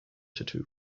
tattoo